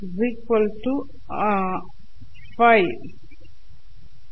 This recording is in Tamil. r ¿Ф என்ற பெயருக்கு தொகையை கண்டுபிடிப்போம்